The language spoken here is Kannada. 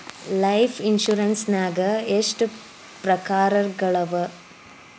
ಲೈಫ್ ಇನ್ಸುರೆನ್ಸ್ ನ್ಯಾಗ ಎಷ್ಟ್ ಪ್ರಕಾರ್ಗಳವ?